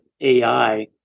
AI